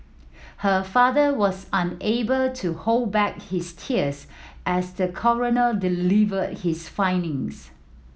her father was unable to hold back his tears as the coroner delivered his findings